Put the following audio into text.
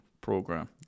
program